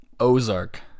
ozark